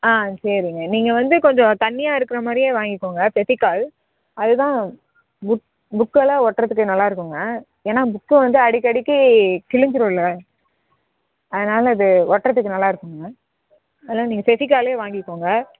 ஆ சரிங்க நீங்கள் வந்து கொஞ்சம் தண்ணியா இருக்கிற மாதிரியே வாங்கிக்கோங்க ஃபெவிக்கால் அது தான் புக் புக்கெல்லாம் ஒட்டுறதுக்கு நல்லா இருக்குதுங்க ஏன்னால் புக்கு வந்து அடிக்கடிக்கு கிழிஞ்சிடும்ல அதனால அது ஒட்டுறதுக்கு நல்லாருக்குமுங்க அதனால நீங்கள் ஃபெவிக்காலே வாங்கிக்கோங்க